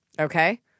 Okay